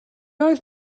oedd